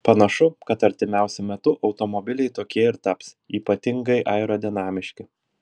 panašu kad artimiausiu metu automobiliai tokie ir taps ypatingai aerodinamiški